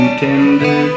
tender